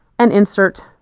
and insert,